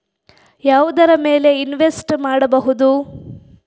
ಯಾವುದರ ಮೇಲೆ ಇನ್ವೆಸ್ಟ್ ಮಾಡಬಹುದು?